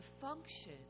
function